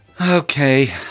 Okay